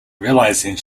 realizing